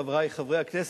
חברי חברי הכנסת,